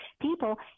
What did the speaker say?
People